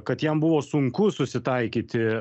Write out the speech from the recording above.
kad jam buvo sunku susitaikyti